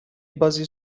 basée